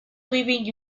leaving